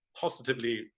positively